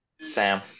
Sam